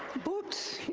books,